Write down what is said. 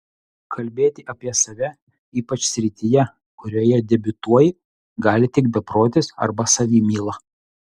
kalbėti apie save ypač srityje kurioje debiutuoji gali tik beprotis arba savimyla